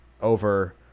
over